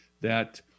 That-